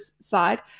side